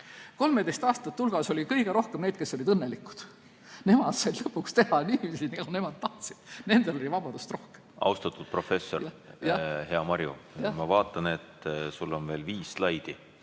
13‑aastaste hulgas oli kõige rohkem neid, kes olid õnnelikud. Nemad said lõpuks teha niiviisi, nagu nemad tahtsid. Nendel oli vabadust rohkem. Austatud professor, hea Marju! Ma vaatan, et sul on veel viis slaidi,